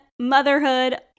motherhood